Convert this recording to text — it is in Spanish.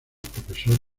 profesor